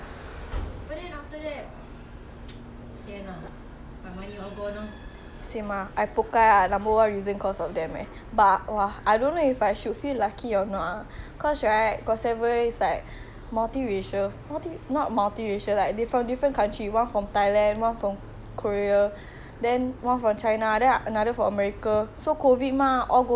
same lah I number one reason because of them leh but iwah I don't know if I should feel lucky or not ah cause right got seven is like multiracial not multiracial like they from different country one from thailand one from korea one from china then another from america so COVID mah all go back ah go back already then cannot come back together then no activity